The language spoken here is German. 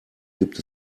gibt